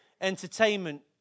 Entertainment